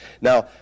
Now